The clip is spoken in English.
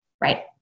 right